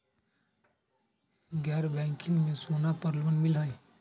गैर बैंकिंग में सोना पर लोन मिलहई?